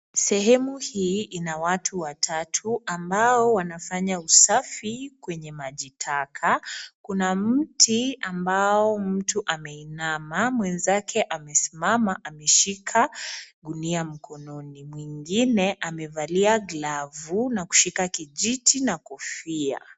Sehemu hii ina watu watatu ambao wanafanya usafi kwenye majitaka. Kuna mti ambao mtu ameinama, mwenzake amesimama ameshika gunia mkononi. Mwingine amevalia glavu na kushika kijiti na kofia.